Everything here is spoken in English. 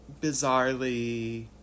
bizarrely